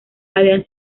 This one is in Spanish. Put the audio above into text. habían